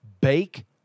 bake